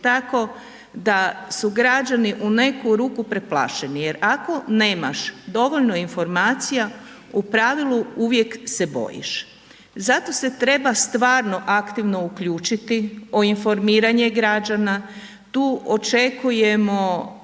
tako da su građani u neku ruku preplašeni, jer ako nemaš dovoljno informacija u pravilu uvijek se bojiš. Zato se treba stvarno aktivno uključiti o informiranje građana, tu očekujemo